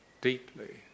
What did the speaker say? deeply